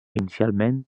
inicialment